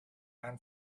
ran